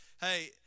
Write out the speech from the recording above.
hey